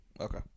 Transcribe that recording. Okay